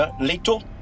Little